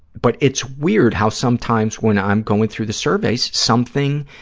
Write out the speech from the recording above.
but it's weird how sometimes when i'm going through the surveys, something